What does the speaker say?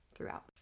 throughout